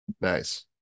Nice